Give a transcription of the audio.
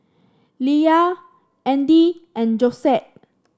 Leia Andy and Josette